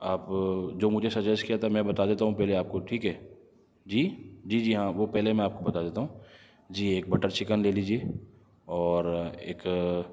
آپ جو مجھے سجیس کیا تھا میں بتا دیتا ہوں پہلے آپ کو ٹھیک ہے جی جی جی ہاں وہ پہلے میں آپ کو بتا دیتا ہوں جی ایک بٹر چکن لے لیجئے اور ایک